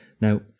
Now